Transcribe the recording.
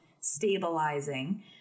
stabilizing